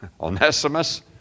Onesimus